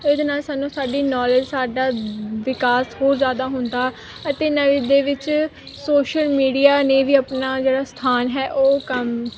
ਇਹਦੇ ਨਾਲ ਸਾਨੂੰ ਸਾਡੀ ਨੌਲੇਜ ਸਾਡਾ ਵਿਕਾਸ ਹੋਰ ਜ਼ਿਆਦਾ ਹੁੰਦਾ ਅਤੇ ਨਵੀਂ ਦੇ ਵਿੱਚ ਸੋਸ਼ਲ ਮੀਡੀਆ ਨੇ ਵੀ ਆਪਣਾ ਜਿਹੜਾ ਸਥਾਨ ਹੈ ਉਹ ਕੰਮ